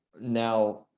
now